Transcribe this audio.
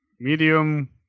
medium